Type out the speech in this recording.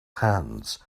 hands